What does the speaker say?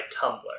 Tumblr